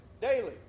daily